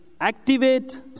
activate